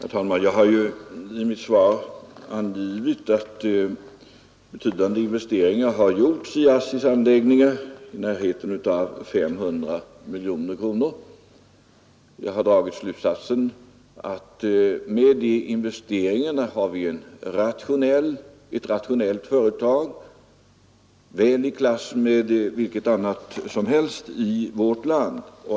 Herr talman! Jag har i mitt svar angivit att betydande investeringar gjorts i ASSI:s anläggningar — närmare 500 miljoner kronor — och dragit slutsatsen att med de investeringarna har vi ett rationellt företag, väl i klass med vilket annat företag som helst i vårt land.